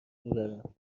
میبرم